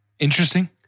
Interesting